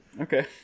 Okay